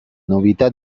novità